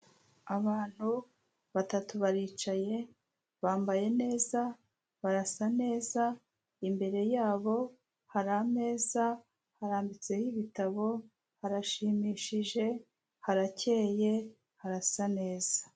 Abantu batatu baricaye, bambaye neza, barasa neza, imbere yabo hari ameza, harambitseho ibitabo, harashimishije, harakeye, harasa neza.